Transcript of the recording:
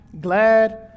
glad